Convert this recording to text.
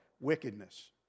Wickedness